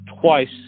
twice